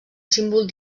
símbol